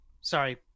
sorry